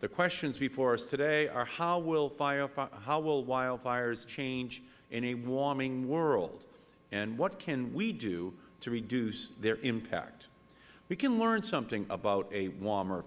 the questions before us today are how will wildfires change in a warming world and what can we do to reduce their impact we can learn something about a warmer